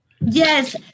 Yes